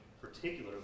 particularly